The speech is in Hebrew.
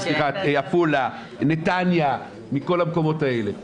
עפולה, נתניה, מכל המקומות האלה.